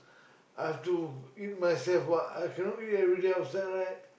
I have to eat myself what I cannot eat everyday outside right